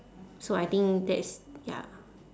so I think that's ya